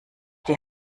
die